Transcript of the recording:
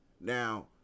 Now